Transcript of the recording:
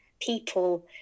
people